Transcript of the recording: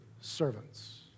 servants